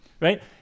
right